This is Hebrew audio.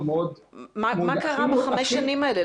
מה קרה בחמש השנים האלה?